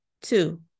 Two